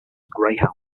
greyhound